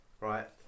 right